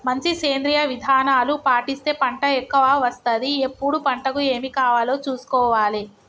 మంచి సేంద్రియ విధానాలు పాటిస్తే పంట ఎక్కవ వస్తది ఎప్పుడు పంటకు ఏమి కావాలో చూసుకోవాలే